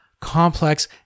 complex